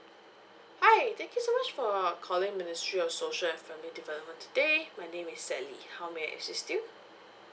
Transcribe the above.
hi thank you so much for calling ministry of social and family development today my name is sally how may I assist you